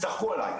צחקו עליי,